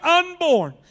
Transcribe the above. unborn